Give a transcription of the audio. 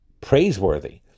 praiseworthy